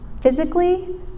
physically